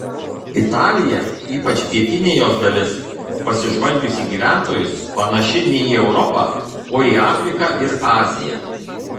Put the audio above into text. italija ypač pietinė jos dalis pasižvalgius į gyventojus panaši ne į europą o į afriką ir aziją